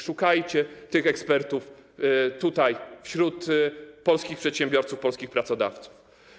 Szukajcie tych ekspertów wśród polskich przedsiębiorców, polskich pracodawców.